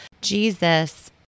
Jesus